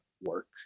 work